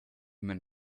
man